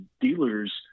dealers